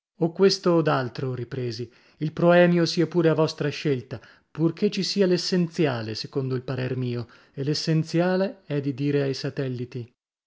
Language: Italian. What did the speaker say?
o questo od altro ripresi il proemio sia pure a vostra scelta purchè ci sia l'essenziale secondo il parer mio e l'essenziale è di dire ai satelliti